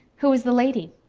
who is the lady?